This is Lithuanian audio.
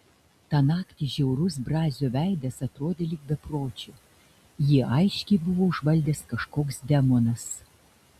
tą naktį žiaurus brazio veidas atrodė lyg bepročio jį aiškiai buvo užvaldęs kažkoks demonas